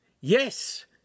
Yes